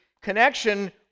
connection